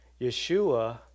Yeshua